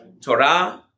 Torah